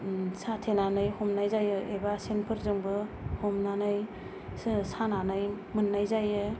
साथेनानै हमनाय जायो एबा सेनफोरजोंबो हमनानै सानानै मोननाय जायो